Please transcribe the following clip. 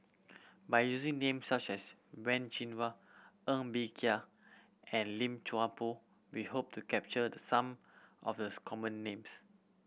by using names such as Wen Jinhua Ng Bee Kia and Lim Chuan Poh we hope to capture some of the common names